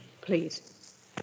please